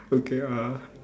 okay ah